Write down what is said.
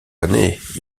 années